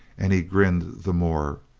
and he grinned the more.